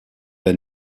est